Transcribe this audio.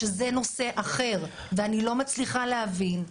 שזה נושא אחר ואני לא מצליחה להבין,